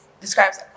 describes